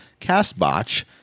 CastBotch